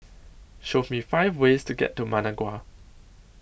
Show Me five ways to get to Managua